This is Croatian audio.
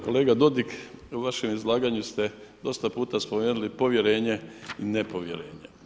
Kolega Dodig, u vašem izlaganju ste dosta puta spomenuli povjerenje i nepovjerenje.